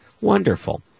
wonderful